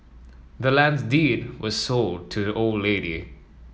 the land's deed was sold to the old lady